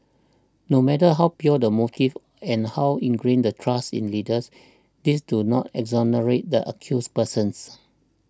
no matter how pure the motives and how ingrained the trust in leaders these do not exonerate the accused persons